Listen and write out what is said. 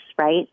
right